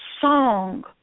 song